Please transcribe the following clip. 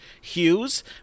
Hughes